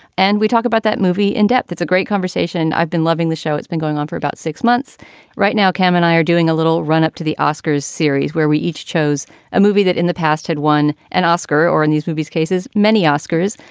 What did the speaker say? and we talk about that movie in-depth. that's a great conversation. i've been loving the show. it's been going on for about six months right now. kamini are doing a little run up to the oscars series where we each chose a movie that in the past had won an oscar or in these movies cases many oscars.